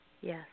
Yes